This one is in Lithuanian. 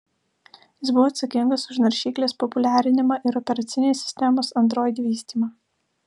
jis buvo atsakingas už naršyklės populiarinimą ir operacinės sistemos android vystymą